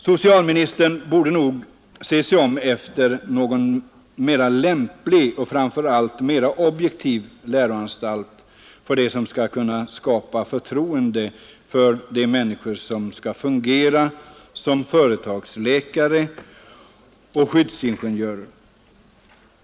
Socialministern borde nog se sig om efter någon mera lämplig och framför allt mera objektiv läroanstalt, om det skall kunna skapas förtroende för de människor som skall fungera som företagsläkare och skyddsingenjörer.